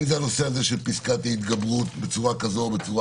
אם זה הנושא הזה של פסקת ההתגברות בצורה כזו או בצורה